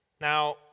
Now